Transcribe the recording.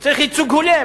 שצריך ייצוג הולם,